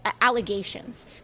allegations